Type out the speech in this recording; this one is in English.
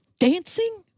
dancing